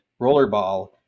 Rollerball